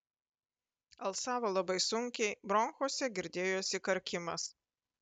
alsavo labai sunkiai bronchuose girdėjosi karkimas